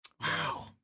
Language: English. Wow